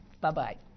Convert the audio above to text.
Bye-bye